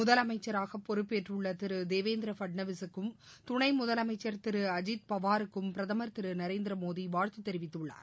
முதலமைச்சராக பொறுப்பேற்றுள்ள திரு தேவேந்திர பட்னாவிஸூக்கும் துணை முதலமைச்சர் திரு அஜித்பவாருக்கும் பிரதமர் திரு நரேந்திரமோடி வாழ்த்து தெரிவித்துள்ளார்